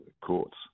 courts